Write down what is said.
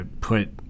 put